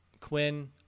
Quinn